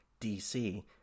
DC